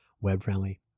web-friendly